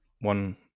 one